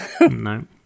No